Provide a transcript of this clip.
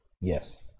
yes